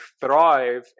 thrive